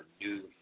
New